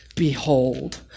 Behold